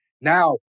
Now